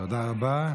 תודה רבה.